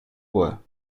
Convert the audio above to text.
bois